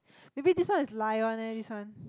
maybe this one is lie one eh this one